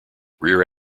rear